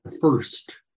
first